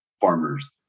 farmers